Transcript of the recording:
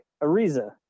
Ariza